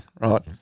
Right